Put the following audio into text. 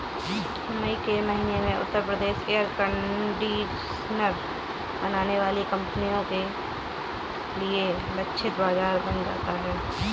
मई के महीने में उत्तर प्रदेश एयर कंडीशनर बनाने वाली कंपनियों के लिए लक्षित बाजार बन जाता है